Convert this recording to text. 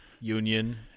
union